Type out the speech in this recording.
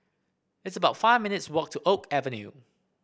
it's about five minutes' walk to Oak Avenue